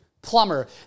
plumber